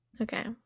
okay